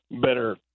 better